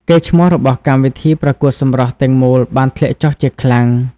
កេរ្តិ៍ឈ្មោះរបស់កម្មវិធីប្រកួតសម្រស់ទាំងមូលបានធ្លាក់ចុះជាខ្លាំង។